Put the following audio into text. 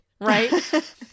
right